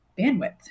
bandwidth